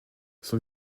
son